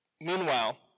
Meanwhile